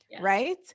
right